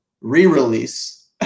re-release